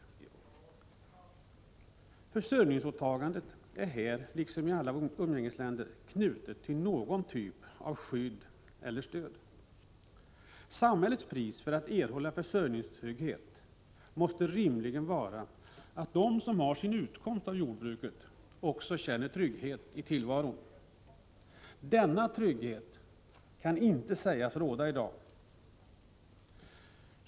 Försörjningsåtagandet är här liksom i alla våra umgängesländer knutet till någon typ av skydd eller stöd. Samhällets pris för att erhålla försörjningstrygghet måste rimligen vara att de som har sin utkomst av jordbruket också känner trygghet i tillvaron. Denna trygghet kan inte sägas råda i dag.